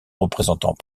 représentants